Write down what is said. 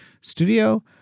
studio